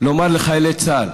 לומר לחיילי צה"ל